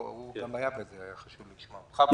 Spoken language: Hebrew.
היו יחידות = היקל"ר.